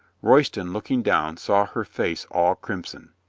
royston, looking down, saw her face all crimson.